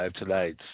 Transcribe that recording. Tonight